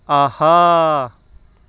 آہا